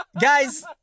Guys